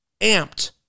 amped